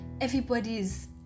everybody's